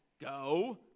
go